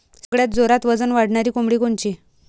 सगळ्यात जोरात वजन वाढणारी कोंबडी कोनची?